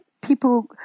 people